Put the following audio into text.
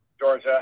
Georgia